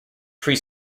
pre